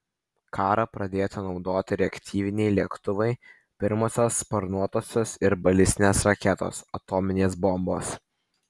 karą pradėta naudota reaktyviniai lėktuvai pirmosios sparnuotosios ir balistinės raketos atominės bombos